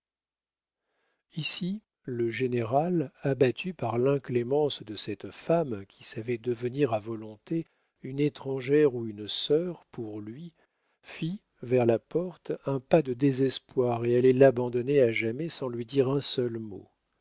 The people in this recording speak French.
ici le général abattu par l'inclémence de cette femme qui savait devenir à volonté une étrangère ou une sœur pour lui fit vers la porte un pas de désespoir et allait l'abandonner à jamais sans lui dire un seul mot